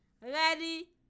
Ready